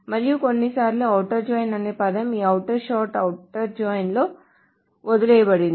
మరియు కొన్నిసార్లు outer join అనే పదం ఈ ఔటర్ పార్ట్ ఔటర్ జాయిన్ లో ఔటర్ పార్ట్ వదిలివేయబడింది